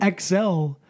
XL